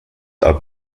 are